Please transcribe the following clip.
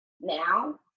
now